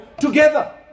together